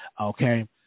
okay